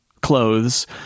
clothes